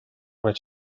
would